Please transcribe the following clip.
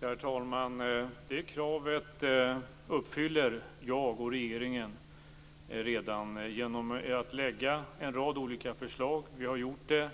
Herr talman! Det kravet uppfyller jag redan genom att lägga fram en rad olika förslag. Vi har gjort det